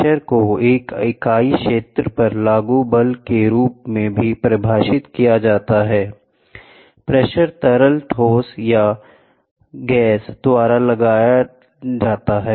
pressure को एक इकाई क्षेत्र पर लागू बल के रूप में भी परिभाषित किया जाता है प्रेशर तरल गैस या ठोस द्वारा डाला जा सकता है